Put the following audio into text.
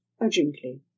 urgently